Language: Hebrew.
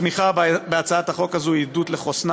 התמיכה בהצעת החוק הזו היא עדות לחוסנה